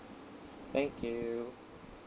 thank you